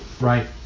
Right